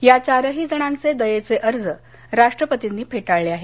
या चारही जणांचे दयेचे अर्ज राष्ट्रपर्तींनी फेटाळले आहेत